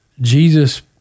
Jesus